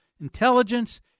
Intelligence